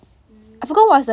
mm